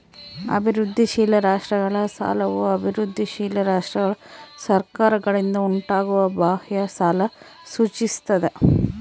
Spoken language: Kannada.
ಅಭಿವೃದ್ಧಿಶೀಲ ರಾಷ್ಟ್ರಗಳ ಸಾಲವು ಅಭಿವೃದ್ಧಿಶೀಲ ರಾಷ್ಟ್ರಗಳ ಸರ್ಕಾರಗಳಿಂದ ಉಂಟಾಗುವ ಬಾಹ್ಯ ಸಾಲ ಸೂಚಿಸ್ತದ